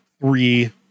three